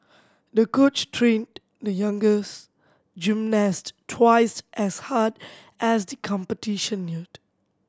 the coach trained the youngest gymnast twice as hard as the competition neared